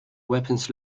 weapons